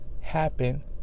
happen